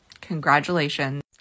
congratulations